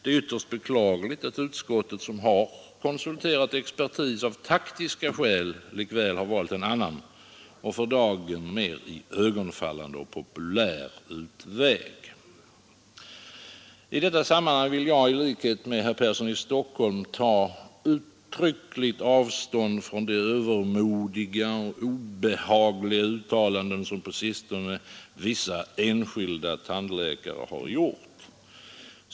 Det är ytterst beklagligt att utskottet, som har konsulterat expertis, av taktiska skäl likväl valt en annan och för dagen mer iögonfallande och populär utväg. I detta sammanhang vill jag i likhet med herr Persson i Stockholm ta uttryckligt avstånd från de övermodiga och obehagliga uttalanden som på sistone vissa enskilda tandläkare har gjort.